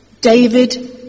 David